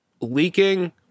leaking